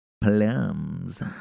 plums